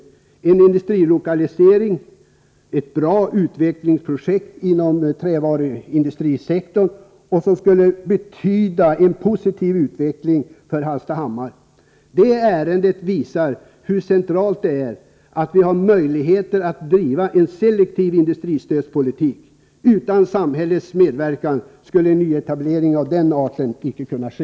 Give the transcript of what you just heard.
Det gäller en industrilokalisering — ett bra utvecklingsprojekt inom trävaruindustrisektorn — som skulle innebära en mycket positiv utveckling för Hallstahammar. Det ärendet visar hur centralt det är att vi har möjlighet att driva en selektiv industristödspolitik. Utan samhällets medverkan skulle en nyetablering av denna art icke kunna ske.